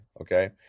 Okay